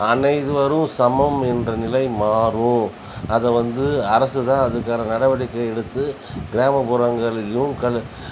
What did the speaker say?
அனைவரும் சமம் என்ற நிலை மாறும் அதை வந்து அரசுதான் அதுக்கான நடவடிக்கை எடுத்து கிராமப்புறங்கள்லேயும்